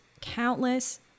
countless